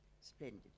splendid